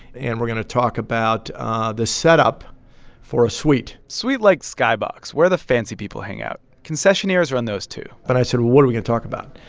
and we're going to talk about the setup for a suite suite, like skybox, where the fancy people hang out. concessionaires run those, too and i said, what are we going to talk about?